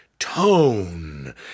tone